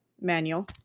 manual